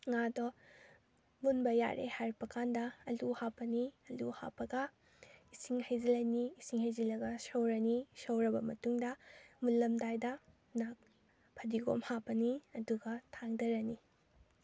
ꯉꯥꯗꯣ ꯃꯨꯟꯕ ꯌꯥꯔꯦ ꯍꯥꯏꯔꯛꯄ ꯀꯥꯟꯗ ꯑꯂꯨ ꯍꯥꯞꯄꯅꯤ ꯑꯂꯨ ꯍꯥꯞꯄꯒ ꯏꯁꯤꯡ ꯍꯩꯖꯤꯜꯂꯅꯤ ꯏꯁꯤꯡ ꯍꯩꯖꯤꯜꯂꯒ ꯁꯧꯔꯅꯤ ꯁꯧꯔꯕ ꯃꯇꯨꯡꯗ ꯃꯨꯜꯂꯝꯗꯥꯏꯗ ꯐꯗꯤꯒꯣꯝ ꯍꯥꯞꯄꯅꯤ ꯑꯗꯨꯒ ꯊꯥꯡꯗꯔꯅꯤ